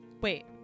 Wait